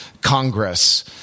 Congress